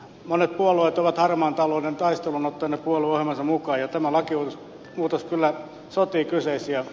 monet puolueet ovat harmaan talouden taistelun ottaneet puolueohjelmaansa mukaan ja tämä lakimuutos kyllä sotii kyseisiä